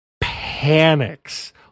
panics